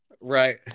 Right